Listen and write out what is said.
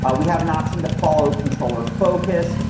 ah we have an option to follow controller focus.